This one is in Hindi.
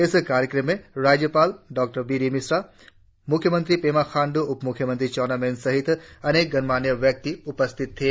इस कार्यक्रम में राज्यपाल डॉ बी डी मिश्रा मुख्यमंत्री पेमा खांडू उपमुख्यमंत्री चाउना मेन सहित अनेक गणमाण्य व्यक्ति उपस्थित थे